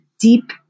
deep